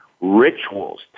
rituals